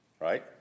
right